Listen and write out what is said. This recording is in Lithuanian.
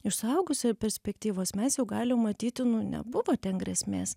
iš suaugusiojo perspektyvos mes jau galim matyti nu nebuvo ten grėsmės